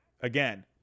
Again